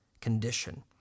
condition